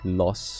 loss